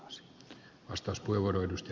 arvoisa puhemies